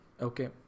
okay